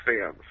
fans